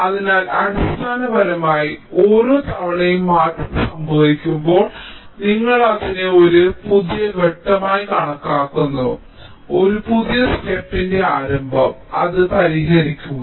അതിനാൽ അടിസ്ഥാനപരമായി ഓരോ തവണയും മാറ്റം സംഭവിക്കുമ്പോൾ നിങ്ങൾ അതിനെ ഒരു പുതിയ ഘട്ടമായി കണക്കാക്കുന്നു ഒരു പുതിയ ഘട്ടത്തിന്റെ ആരംഭം അത് പരിഹരിക്കുക